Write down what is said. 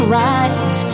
right